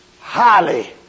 highly